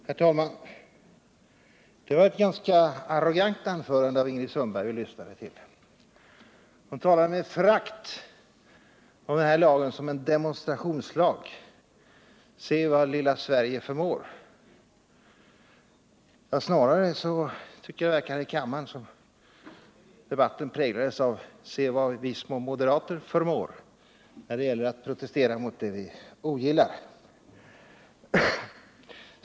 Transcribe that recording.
Herr talman! Det var ett ganska arrogant anförande av Ingrid Sundberg som vi lyssnade till. Hon talar med förakt om den här lagen som en demonstrationslag: Se vad lilla Sverige förmår! Snarare tycker jag att moderaternas inlägg i kammaren har präglats av följande inställning: Se vad vi små moderater förmår när det gäller att protestera mot det vi ogillar!